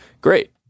great